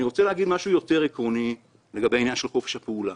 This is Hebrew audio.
אני רוצה להגיד משהו יותר עקרוני לגבי חופש הפעולה: